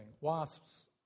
Wasps